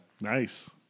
Nice